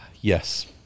yes